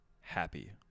happy